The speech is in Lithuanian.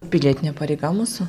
pilietinė pareiga mūsų